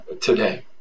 today